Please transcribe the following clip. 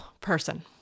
person